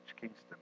Kingston